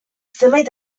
zenbait